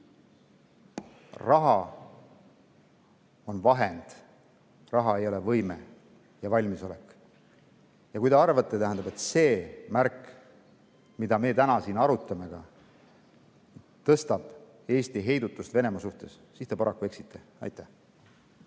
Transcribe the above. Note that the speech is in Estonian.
Raha on vahend, raha ei ole võime ja valmisolek. Kui te arvate, et see märk, mida me täna siin arutame, suurendab Eesti heidutust Venemaa suhtes, siis te paraku eksite. Aitäh!